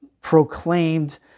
proclaimed